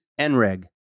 NREG